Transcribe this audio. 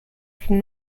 from